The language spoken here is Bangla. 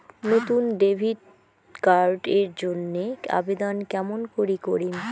নতুন ডেবিট কার্ড এর জন্যে আবেদন কেমন করি করিম?